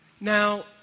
Now